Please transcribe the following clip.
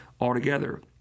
altogether